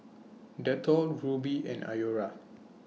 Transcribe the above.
Dettol Rubi and Iora